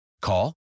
Call